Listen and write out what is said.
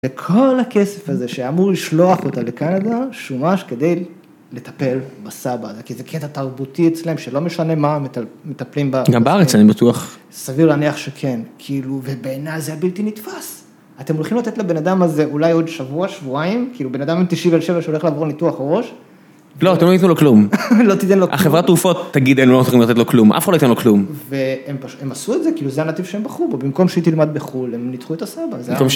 וכל הכסף הזה שאמור לשלוח אותה לקנדה, שומש כדי לטפל בסבא, כי זה קטע תרבותי אצלהם, שלא משנה מה מטפלים ב... גם בארץ, אני בטוח. סביר להניח שכן, כאילו, ובעיניי זה בלתי נתפס. אתם הולכים לתת לבן אדם הזה אולי עוד שבוע, שבועיים? כאילו, בן אדם בן 97 שהולך לעבור ניתוח ראש? לא, אתם לא תיתנו לו כלום. לא תיתן לו כלום. החברת תרופות, תגיד, אין, לא צריכים לתת לו כלום, אף אחד לא ייתן לו כלום. והם עשו את זה, כאילו, זה הנתיב שהם בחרו בו. במקום שהיא תלמד בחול, הם ניתחו את הסבא.